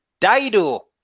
Dido